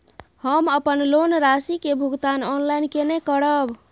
हम अपन लोन राशि के भुगतान ऑनलाइन केने करब?